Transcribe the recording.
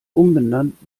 umbenannt